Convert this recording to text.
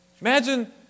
Imagine